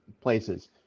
places